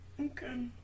Okay